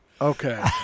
Okay